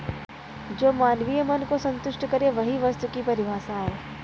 जो मानवीय मन को सन्तुष्ट करे वही वस्तु की परिभाषा है